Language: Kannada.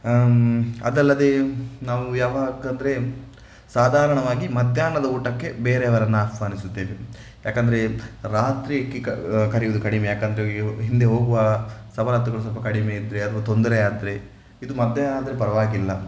ಅದಲ್ಲದೆ ನಾವು ಯಾವಾಗೆಂದರೆ ಸಾಧಾರಣವಾಗಿ ಮಧ್ಯಾಹ್ನದ ಊಟಕ್ಕೆ ಬೇರೆಯವರನ್ನು ಆಹ್ವಾನಿಸುತ್ತೇವೆ ಯಾಕೆಂದರೆ ರಾತ್ರಿ ಕೆ ಕರೆಯುವುದು ಕಡಿಮೆ ಯಾಕೆಂದರೆ ಹಿಂದೆ ಹೋಗುವ ಸವಲತ್ತುಗಳು ಸ್ವಲ್ಪ ಕಡಿಮೆ ಇದ್ದರೆ ಅಥವಾ ತೊಂದರೆ ಆದರೆ ಇದು ಮಧ್ಯಾಹ್ನ ಆದರೆ ಪರವಾಗಿಲ್ಲ